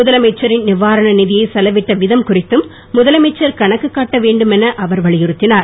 முதலமைச்சரின் நிவாரண நிதியை செலவிட்ட விதம் குறித்தும் முதலமைச்சர் கணக்கு காட்ட வேண்டும் என அவர் வலியுறுத்தினார்